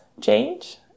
change